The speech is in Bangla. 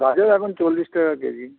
গাজর এখন চল্লিশ টাকা কেজি